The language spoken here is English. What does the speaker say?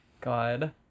God